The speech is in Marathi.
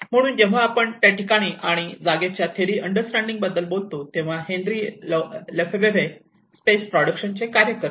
म्हणून जेव्हा आपण त्या ठिकाण आणि जागेच्या थेअरी अंडरस्टॅंडिंग बद्दल बोलतो तेव्हा हेन्री लेफेबव्ह्रे स्पेस प्रोडक्शनचे कार्य करते